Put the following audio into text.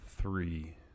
Three